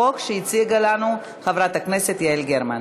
החוק שהציגה לנו חברת הכנסת יעל גרמן.